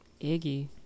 iggy